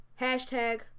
hashtag